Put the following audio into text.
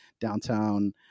downtown